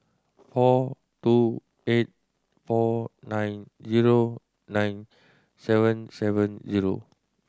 four two eight four nine zero nine seven seven zero